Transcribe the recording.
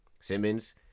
Simmons